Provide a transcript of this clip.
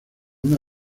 una